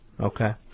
Okay